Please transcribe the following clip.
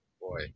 Boy